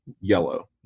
yellow